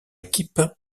équipes